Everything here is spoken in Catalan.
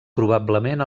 probablement